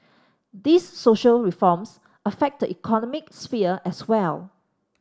these social reforms affect the economic sphere as well